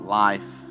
life